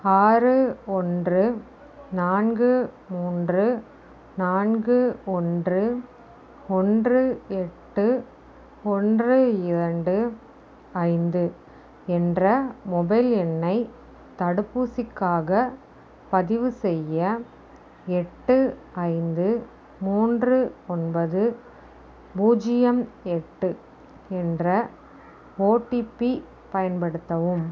ஆறு ஒன்று நான்கு மூன்று நான்கு ஒன்று ஒன்று எட்டு ஒன்று இரண்டு ஐந்து என்ற மொபைல் எண்ணை தடுப்பூசிக்காகப் பதிவுசெய்ய எட்டு ஐந்து மூன்று ஒன்பது பூஜ்யம் எட்டு என்ற ஓடிபி பயன்படுத்தவும்